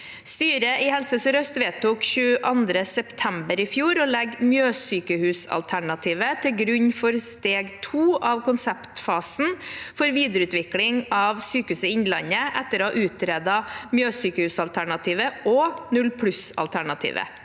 Styret i Helse Sør-Øst vedtok 22. september i fjor å legge Mjøssykehus-alternativet til grunn for steg to av konseptfasen for videreutvikling av Sykehuset Innlandet, etter å ha utredet Mjøssykehus-alternativet og nullpluss-alternativet.